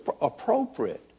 appropriate